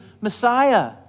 Messiah